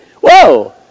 Whoa